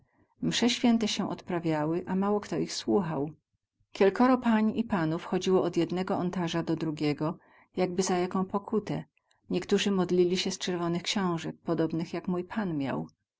mse święte sie odprawiały a mało kto ich słuchał kielkoro pań i panów chodziło od jednego ontarza do drugiego jakby za jaką pokutę niektorzy modlili sie z cyrwonych ksiązek podobnych jak mój pan miał